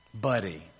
buddy